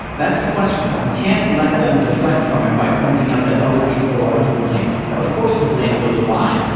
that's the question. you can't let them deflect from it by pointing out that other people are to blame. of course the blame goes wide.